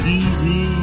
easy